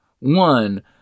one